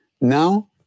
now